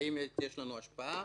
האם יש לנו השפעה?